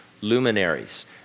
luminaries